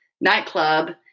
nightclub